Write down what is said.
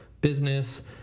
business